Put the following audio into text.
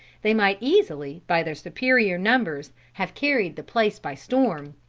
they might easily, by their superior numbers, have carried the place by storm.